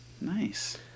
Nice